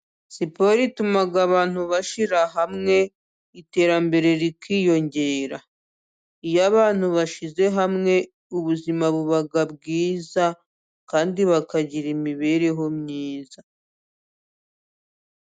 Siport ituma abantu bashyira hamwe iterambere rikiyongera. Iyo abantu bashyize hamwe ubuzima buba bwiza kandi bakagira imibereho myiza.